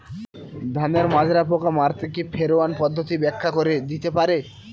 ধানের মাজরা পোকা মারতে কি ফেরোয়ান পদ্ধতি ব্যাখ্যা করে দিতে পারে?